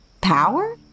Power